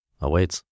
awaits